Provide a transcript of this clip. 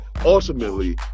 ultimately